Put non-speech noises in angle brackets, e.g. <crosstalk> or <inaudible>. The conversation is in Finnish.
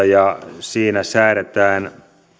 <unintelligible> ja siinä säädetään